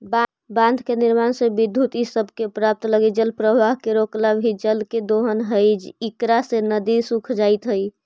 बाँध के निर्माण से विद्युत इ सब के प्राप्त लगी जलप्रवाह के रोकला भी जल के दोहन हई इकरा से नदि सूख जाइत हई